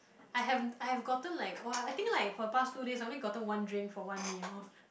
I have I have gotten like [wah] I think like for the past two days I only gotten one drink for one meal